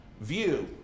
view